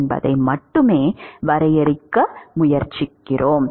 என்பதை மட்டுமே வரையறுக்க முயற்சிக்கிறோம்